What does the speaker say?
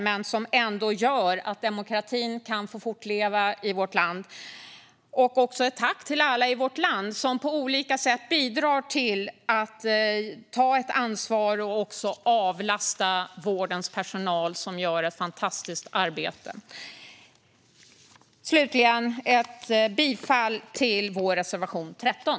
Det gör att demokratin ändå kan få fortleva i vårt land. Jag riktar också ett tack till alla i vårt land som på olika sätt bidrar till att ta ett ansvar och avlasta vårdens personal, som gör ett fantastiskt arbete. Slutningen yrkar jag bifall till vår reservation nr 13.